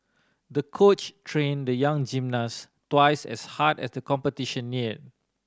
the coach trained the young gymnast twice as hard as the competition neared